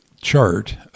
chart